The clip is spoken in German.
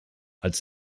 als